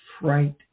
fright